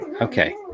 Okay